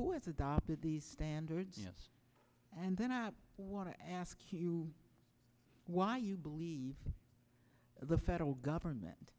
who has adopted these standards and then i want to ask you why you believe the federal government